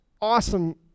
awesome